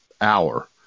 hour